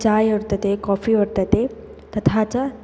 चाय् वर्तते कोफ़ि वर्तते तथा च